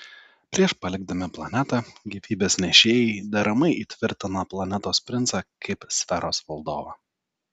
prieš palikdami planetą gyvybės nešėjai deramai įtvirtina planetos princą kaip sferos valdovą